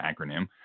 Acronym